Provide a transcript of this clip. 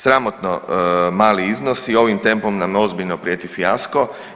Sramotno mali iznos i ovim tempom nam ozbiljno prijeti fijasko.